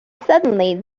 suddenly